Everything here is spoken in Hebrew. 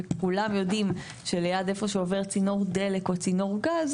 וכולם יודעים שליד איפה שעובר צינור דלק או צינור גז,